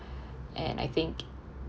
and I think